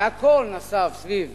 והכול נסב סביב